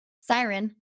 Siren